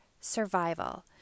survival